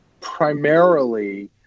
primarily